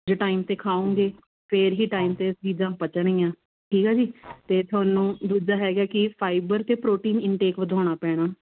ਜੇ ਟਾਈਮ 'ਤੇ ਖਾਉਂਗੇ ਫੇਰ ਹੀ ਟਾਈਮ 'ਤੇ ਚੀਜ਼ਾਂ ਪਚਣੀਆਂ ਠੀਕ ਹੈ ਜੀ ਅਤੇ ਤੁਹਾਨੂੰ ਦੂਜਾ ਹੈਗਾ ਕਿ ਫਾਈਬਰ ਅਤੇ ਪ੍ਰੋਟੀਨ ਇਨਟੇਕ ਵਧਾਉਣਾ ਪੈਣਾ